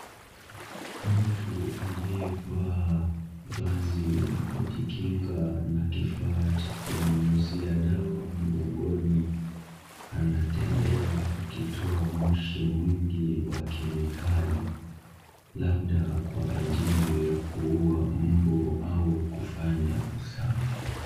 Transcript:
Mtu aliyevaa vazi la kujikinga na kifaa cha kunyunyizia dawa mgongoni anatembea akitoa moshi mwingi wa kemikali labda kwa ajili ya kuua mbu au kufanya usafi.